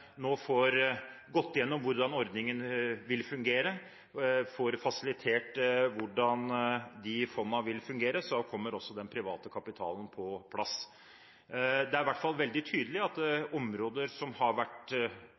nå får gått igjennom hvordan ordningen vil fungere – får fasilitert hvordan de fondene vil fungere – så kommer også den private kapitalen på plass. Det er i hvert fall veldig tydelig at områder som kanskje har vært